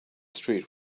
street